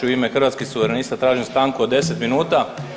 U ime Hrvatskih suverenista tražim stanku od 10 minuta.